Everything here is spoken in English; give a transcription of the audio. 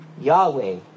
Yahweh